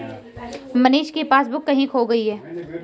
मनीष की पासबुक कहीं खो गई है